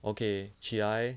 okay 起来